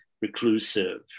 reclusive